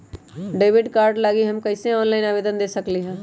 Debit card लागी हम कईसे ऑनलाइन आवेदन दे सकलि ह?